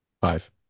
Five